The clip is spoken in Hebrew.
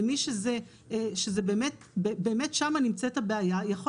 למי שבאמת שם נמצאת הבעיה.